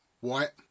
white